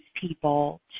people